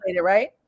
right